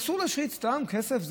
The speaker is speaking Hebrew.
אסור להשחית סתם כסף.